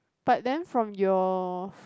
but then from your